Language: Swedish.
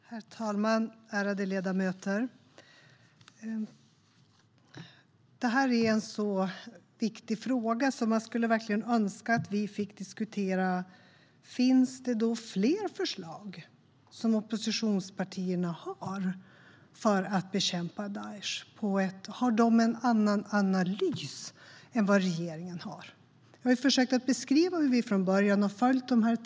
Herr talman och ärade ledamöter! Det här är en så viktig fråga att man verkligen skulle önska att vi fick diskutera om oppositionspartierna har fler förslag för att bekämpa Daesh. Har de en annan analys än vad regeringen har? Jag har försökt beskriva hur vi från början har följt de tre spåren.